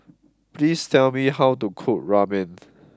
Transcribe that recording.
please tell me how to cook Ramen